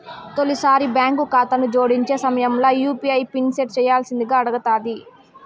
తొలిసారి బాంకు కాతాను జోడించే సమయంల యూ.పీ.ఐ పిన్ సెట్ చేయ్యాల్సిందింగా అడగతాది